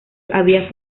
había